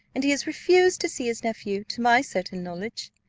and he has refused to see his nephew, to my certain knowledge.